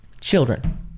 children